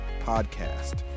podcast